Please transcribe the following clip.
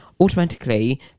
automatically